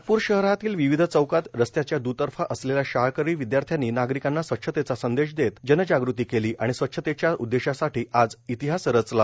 नागपूर शहरातील विविध चौकात रस्त्याच्या द्रतर्फा असलेल्या शाळकरी विद्यार्थ्यांनी नागरिकांना स्वच्छतेचा संदेश देत जनजागृती केली आणि स्वच्छतेच्या उद्देशासाठी आज इतिहास रचला